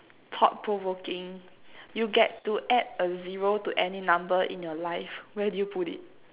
thought provoking you get to add a zero to any number in your life where do you put it